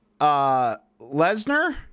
Lesnar